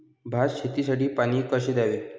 भात शेतीसाठी पाणी कसे द्यावे?